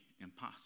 impossible